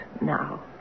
now